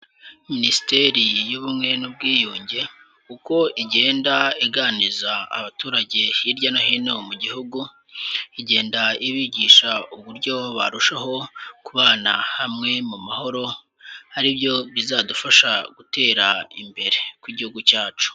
Minisiteri y'Ubumwe n'Ubwiyunge, uko igenda iganiriza abaturage hirya no hino mu gihugu, igenda ibigisha uburyo barushaho kubana hamwe mu mahoro, ari byo bizadufasha gutera imbere kw'igihugu cyacu.